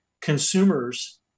consumers